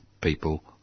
people